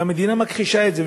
והמדינה מכחישה את זה,